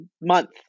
month